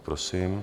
Prosím.